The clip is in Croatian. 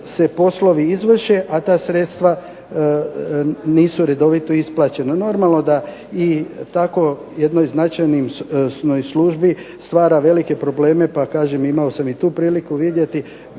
se poslovi izvrše, a ta sredstva nisu redovito isplaćena. Normalno da i tako jednoj značajnoj službi stvara velike probleme pa kažem imao sam i tu priliku vidjeti